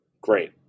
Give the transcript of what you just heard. Great